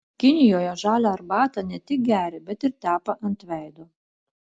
kinijoje žalią arbatą ne tik geria bet ir tepa ant veido